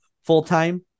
full-time